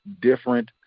different